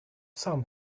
some